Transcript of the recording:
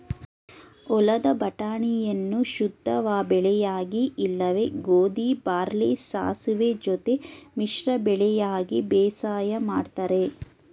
ಹೊಲದ ಬಟಾಣಿಯನ್ನು ಶುದ್ಧಬೆಳೆಯಾಗಿ ಇಲ್ಲವೆ ಗೋಧಿ ಬಾರ್ಲಿ ಸಾಸುವೆ ಜೊತೆ ಮಿಶ್ರ ಬೆಳೆಯಾಗಿ ಬೇಸಾಯ ಮಾಡ್ತರೆ